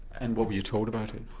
and what were you told about it?